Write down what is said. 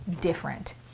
different